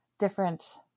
different